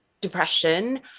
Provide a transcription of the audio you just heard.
depression